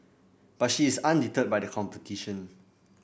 but she is undeterred by the competition